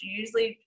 usually